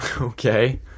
okay